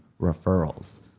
referrals